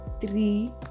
three